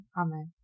Amen